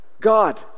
God